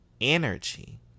energy